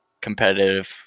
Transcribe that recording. competitive